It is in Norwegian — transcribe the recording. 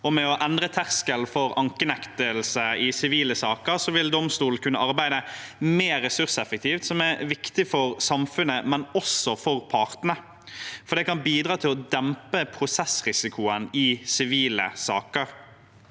Ved å endre terskelen for ankenektelse i sivile saker vil domstolen kunne arbeide mer ressurseffektivt, noe som er viktig for samfunnet, men også for partene, for det kan bidra til å dempe prosessrisikoen i sivile saker.